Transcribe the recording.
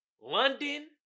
London